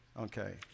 okay